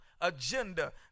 agenda